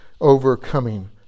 overcoming